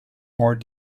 more